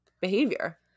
behavior